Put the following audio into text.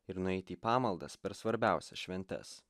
ir nueiti į pamaldas per svarbiausias šventes